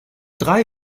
drei